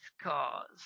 cause